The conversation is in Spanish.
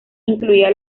incluía